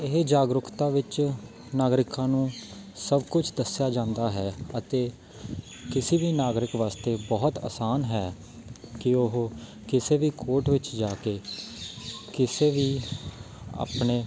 ਇਹ ਜਾਗਰੂਕਤਾ ਵਿੱਚ ਨਾਗਰਿਕਾਂ ਨੂੰ ਸਭ ਕੁਛ ਦੱਸਿਆ ਜਾਂਦਾ ਹੈ ਅਤੇ ਕਿਸੇ ਵੀ ਨਾਗਰਿਕ ਵਾਸਤੇ ਬਹੁਤ ਆਸਾਨ ਹੈ ਕਿ ਉਹ ਕਿਸੇ ਵੀ ਕੋਰਟ ਵਿੱਚ ਜਾ ਕੇ ਕਿਸੇ ਵੀ ਆਪਣੇ